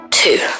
two